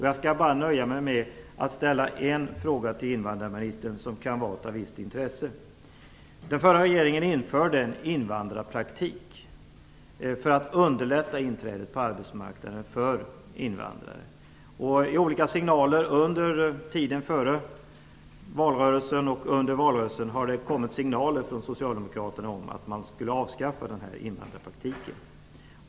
Jag skall nöja mig med att till invandrarministern ställa en fråga som kan vara av visst intresse. Den förra regeringen införde en invandrarpraktik för att underlätta inträdet på arbetsmarknaden för invandrare. Under tiden före valrörelsen och under denna har det kommit signaler från socialdemokraterna om att man skulle avskaffa invandrarpraktiken.